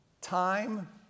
time